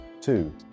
Two